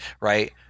right